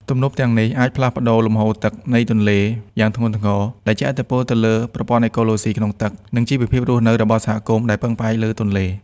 ទំនប់ទាំងនេះអាចផ្លាស់ប្តូរលំហូរទឹកនៃទន្លេយ៉ាងធ្ងន់ធ្ងរ ដែលជះឥទ្ធិពលទៅលើ ប្រព័ន្ធអេកូឡូស៊ីក្នុងទឹក និងជីវភាពរស់នៅរបស់សហគមន៍ដែលពឹងផ្អែកលើទន្លេ។